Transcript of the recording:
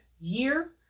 year